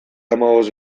hamabost